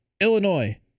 Illinois